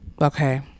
okay